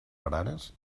baranes